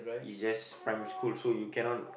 you just primary school so you cannot